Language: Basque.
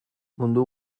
mundu